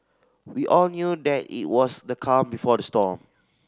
we all knew that it was the calm before the storm